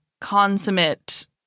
consummate